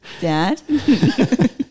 Dad